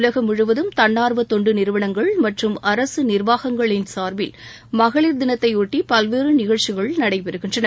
உலகம் முழுவதும் தன்னார்வ தொண்டு நிறுவனங்கள் மற்றும் அரசு நிர்வாககங்களின் சார்பில் மகளிர் தினத்தையொட்டி பல்வேறு நிகழ்ச்சிகள் நடைபெறுகின்றன